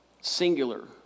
singular